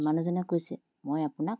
মানুহজনে কৈছে মই আপোনাক